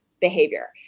behavior